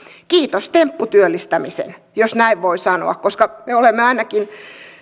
kiitos tempputyöllistämisen jos näin voi sanoa koska me olemme ainakin